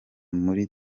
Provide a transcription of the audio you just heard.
muri